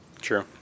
True